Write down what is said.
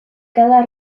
cada